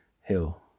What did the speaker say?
hill